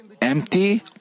empty